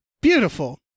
Beautiful